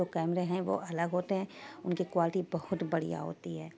ہیں وہ الگ ہوتے ہیں ان کی کوالٹی بہت بڑھیا ہوتی ہے